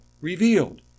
revealed